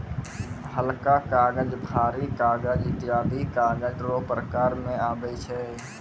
हलका कागज, भारी कागज ईत्यादी कागज रो प्रकार मे आबै छै